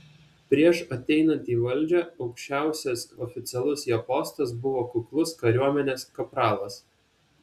prieš ateinant į valdžią aukščiausias oficialus jo postas buvo kuklus kariuomenės kapralas